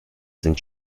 sind